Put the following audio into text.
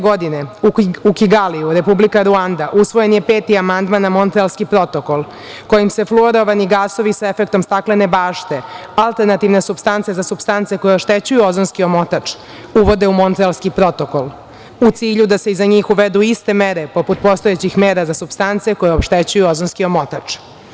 Godine 2016. u Kigaliju, Republika Ruanda, usvojen je 5. amandman na Montrealski protokol kojim se fluorovani gasovi sa efektom staklane bašte, alternativne supstance za supstance koje oštećuju ozonski omotač uvode u Montrealski protokol, u cilju da se i za njih uvedu iste mere poput postojećih mera za supstance koje oštećuju ozonski omotač.